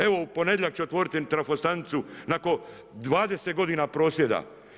Evo u ponedjeljak će otvoriti trafostanicu nakon 20 godina prosvjeda.